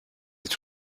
est